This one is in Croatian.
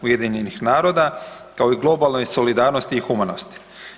UN-a kao i globalnoj solidarnosti i humanosti.